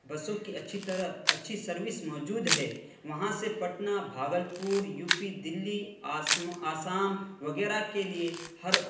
بسوں کی اچھی طرح اچھی سروس موجود ہے وہاں سے پٹنہ بھاگلپور یو پی دہلی آسام وغیرہ کے لیے ہر